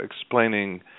explaining